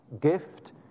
gift